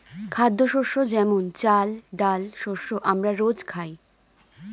খাদ্যশস্য যেমন চাল, ডাল শস্য আমরা রোজ খাই